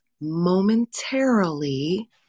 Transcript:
momentarily